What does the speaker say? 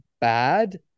bad